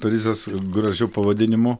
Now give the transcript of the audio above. prizas gražiu pavadinimu